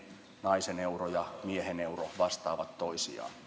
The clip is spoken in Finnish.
naisen euro ja miehen euro vastaavat toisiaan